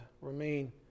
remain